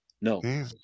No